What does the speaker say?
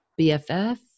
BFF